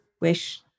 wish